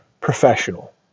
professional